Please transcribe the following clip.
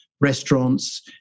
restaurants